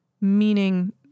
Meaning